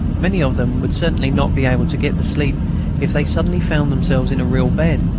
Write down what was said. many of them would certainly not be able to get to sleep if they suddenly found themselves in a real bed.